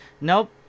Nope